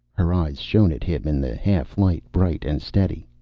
her eyes shone at him in the half-light, bright and steady.